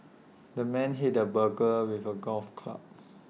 the man hit the burglar with A golf club